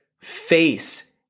face